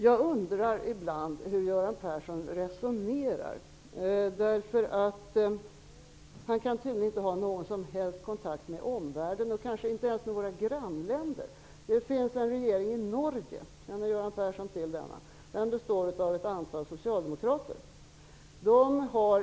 Jag undrar ibland hur Göran Persson resonerar. Han har tydligen inte någon som helst kontakt med omvärlden, kanske inte ens med våra grannländer. Det finns en regering i Norge -- känner Göran Persson till den? Den består av ett antal socialdemokrater.